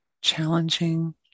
challenging